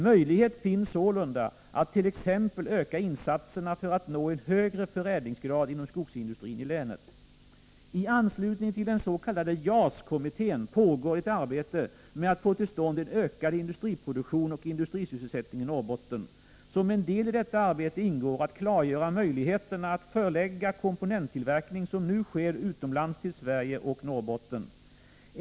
Möjlighet finns sålunda att t.ex. öka insatserna för att nå en högre förädlingsgrad inom skogsindustrin i länet. I anslutning till den s.k. JAS-kommittén pågår ett arbete med att få till stånd en ökad industriproduktion och industrisysselsättning i Norrbotten. Som en del i detta arbete ingår att klargöra möjligheterna att förlägga komponenttillverkning, som nu sker utomlands, till Sverige och Norrbotten.